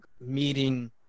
meeting